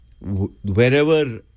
wherever